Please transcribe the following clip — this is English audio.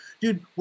Dude